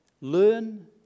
learn